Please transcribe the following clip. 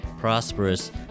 prosperous